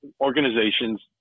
organizations